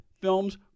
films